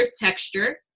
texture